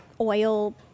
oil